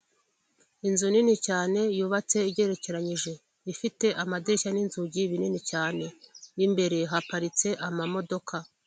Inzu nini cyane yubatse igerekeranyije, ifite amadirishya n'inzugi binini cyane, mu imbere haparitse amamodoka.